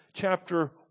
Chapter